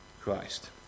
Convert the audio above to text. Christ